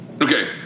Okay